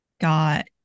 got